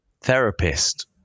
therapist